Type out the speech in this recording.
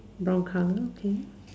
brown colour okay